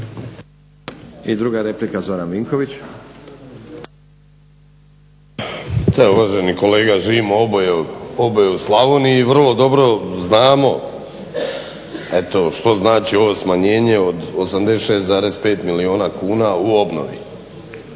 **Vinković, Zoran (HDSSB)** Uvaženi kolega živimo oboje u Slavoniji i vrlo dobro znamo eto što znači ovo smanjenje od 86,5 milijuna kuna u obnovi.